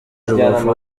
rubavu